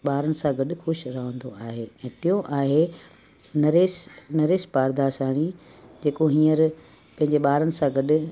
ॿारनि सां गॾु ख़ुशि रहंदो आहे ऐं टियों आहे नरेश नरेश पारदासाणी जे को हींअर पंहिंजे ॿारनि सां गॾु